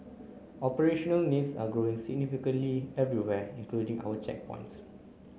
operational needs are growing significantly everywhere including our checkpoints